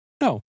No